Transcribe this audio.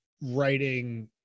writing